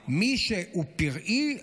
אבל מי שהוא פראי,